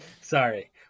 sorry